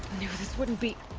knew but this wouldn't be.